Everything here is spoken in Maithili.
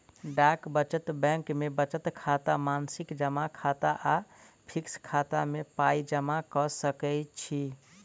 डाक बचत बैंक मे बचत खाता, मासिक जमा खाता आ फिक्स खाता मे पाइ जमा क सकैत छी